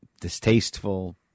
distasteful